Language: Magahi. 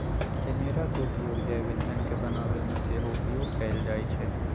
जनेरा के उपयोग जैव ईंधन के बनाबे में सेहो उपयोग कएल जाइ छइ